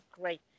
great